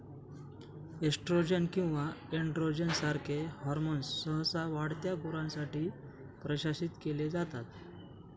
oestrogen किंवा androgen सारखे hormones सहसा वाढत्या गुरांसाठी प्रशासित केले जातात